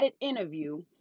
interview